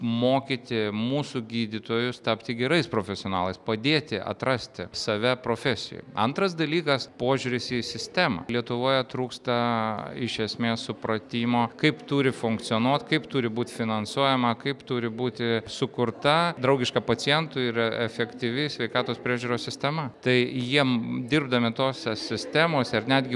mokyti mūsų gydytojus tapti gerais profesionalais padėti atrasti save profesijoj antras dalykas požiūris į sistemą lietuvoje trūksta iš esmės supratimo kaip turi funkcionuot kaip turi būt finansuojama kaip turi būti sukurta draugiška pacientui ir efektyvi sveikatos priežiūros sistema tai jiem dirbdami tose sistemose ar netgi